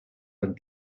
man